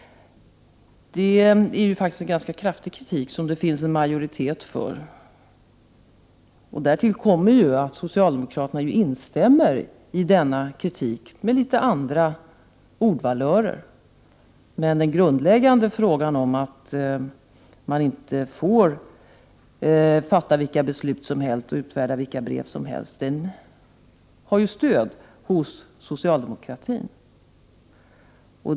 Det finns faktiskt en majoritet för en ganska kraftig kritik. Därtill kommer att socialdemokraterna instämmer i denna kritik med litet andra ordvalörer. Men den grundläggande meningen att man inte får fatta vilka beslut och utfärda vilka brev som helst har stöd hos socialdemokratin.